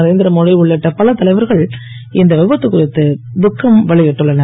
நரேந்திரமோடி உள்ளிட்ட பல தலைவர்கள் இந்த விபத்து குறித்து துக்கம் வெளியிட்டுள்ளனர்